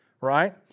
right